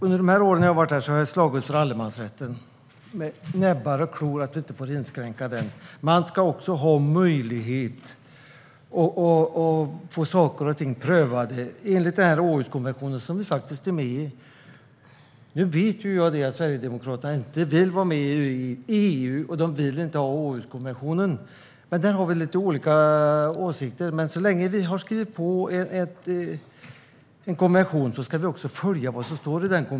Under åren som jag har varit här har jag slagits med näbbar och klor för att vi inte får inskränka allemansrätten. Man ska också ha möjlighet att få saker och ting prövade enligt Århuskonventionen, som vi faktiskt är med i. Jag vet att Sverigedemokraterna inte vill vara med i EU och att de heller inte vill ha Århuskonventionen. Där har vi lite olika åsikt, och jag menar att har vi skrivit på en konvention ska vi också följa vad som står i den.